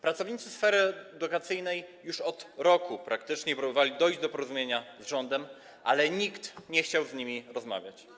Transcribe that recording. Pracownicy sfery edukacyjnej już od roku praktycznie próbowali dojść do porozumienia z rządem, ale nikt nie chciał z nimi rozmawiać.